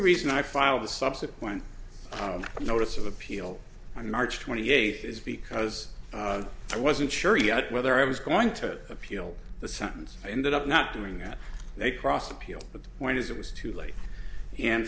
reason i filed a subsequent notice of appeal on march twenty eighth is because i wasn't sure yet whether i was going to appeal the sentence i ended up not doing that they cross appealed but the point is it was too late and